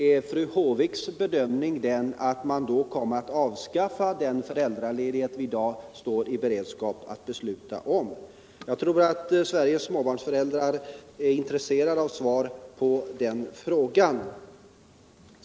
Är fru Håviks bedömning den att man då skulle avskaffa den föräldraledighet som vi i dag står i begrepp att besluta om”? Jag tror att Sveriges småbarnsföräldrar är intresserade av svar på den frågan.